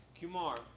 Kumar